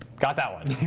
got that one.